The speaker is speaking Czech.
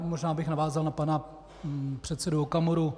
Možná bych navázal na pana předsedu Okamuru.